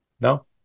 No